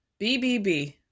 BBB